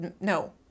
No